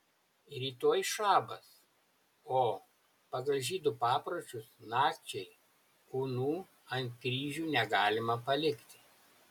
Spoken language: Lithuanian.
rytoj šabas o pagal žydų papročius nakčiai kūnų ant kryžių negalima palikti